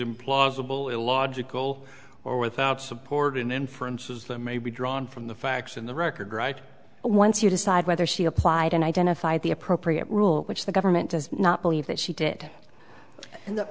implausible illogical or without support in inferences that may be drawn from the facts in the record right once you decide whether she applied and identified the appropriate rule which the government does not believe that she did and